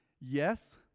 Yes